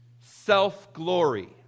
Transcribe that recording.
self-glory